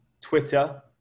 twitter